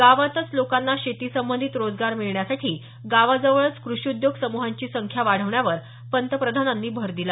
गावातच लोकांना शेती संबंधित रोजगार मिळण्यासाठी गावाजवळच क्रषी उद्योग समुहांची संख्या वाढवण्यावर पंतप्रधानांनी भर दिला